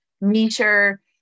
meter